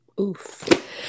Oof